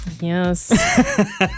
yes